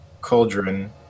cauldron